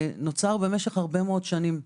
שנוצר במשך הרבה מאוד שנים.